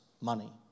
money